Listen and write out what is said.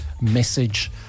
message